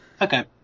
Okay